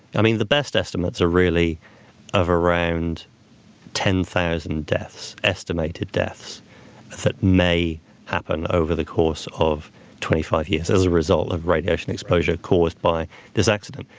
i mean the best estimates are really of around ten thousand deaths, estimated deaths that may happen over the course of twenty five years as a result of radiation exposure caused by this accident.